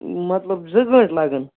مطلب زٕ گٲنٛٹہٕ لَگن